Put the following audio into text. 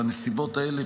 בנסיבות האלה,